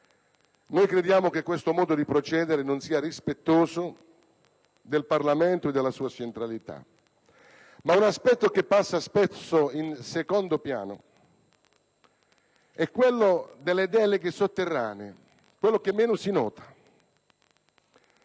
Crediamo che questo modo di procedere non sia rispettoso del Parlamento e della sua centralità. Ma un aspetto che passa spesso in secondo piano è quello delle deleghe sotterranee, perché meno si nota.